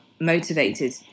motivated